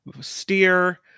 steer